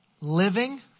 living